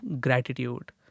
gratitude